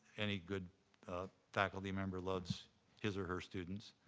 any good faculty member loves his or her students.